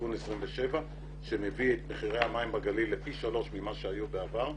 תיקון 27 שמביא את מחירי המים בגליל לפי שלוש ממה שהיו בעבר.